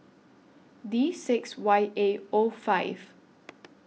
D six Y A O five